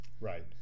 Right